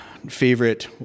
Favorite